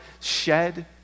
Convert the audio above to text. shed